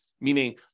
meaning